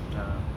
ya